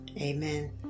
amen